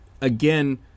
again